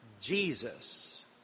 Jesus